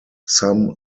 some